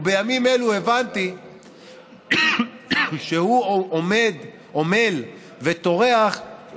ובימים אלו הבנתי שהוא עמל וטורח על